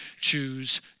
choose